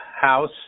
house